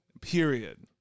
period